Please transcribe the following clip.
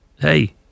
Hey